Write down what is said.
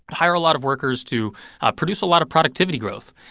hire a lot of workers to ah produce a lot of productivity growth.